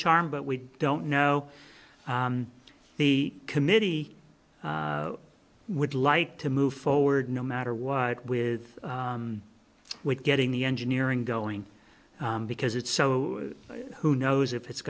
charm but we don't know the committee would like to move forward no matter what with with getting the engineering going because it's so who knows if it's